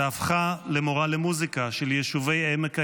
והפכה למורה למוזיקה של יישובי עמק הירדן.